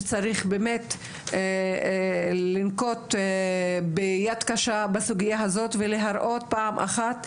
שצריך באמת לנקוט ביד קשה בסוגיה הזאת ולהראות פעם אחת,